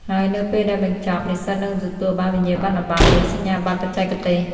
ហើយនៅពេលដែលបញ្ចប់ និស្សិតនឹងទទួលបាន វិញ្ញាបនបត្រ ឬ សញ្ញាបត្របច្ចេកទេស។